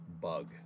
Bug